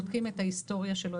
בודקים את ההיסטוריה שלו,